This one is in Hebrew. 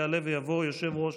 יעלה ויבוא יושב-ראש